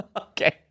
Okay